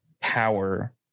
power